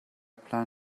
plan